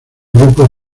grupos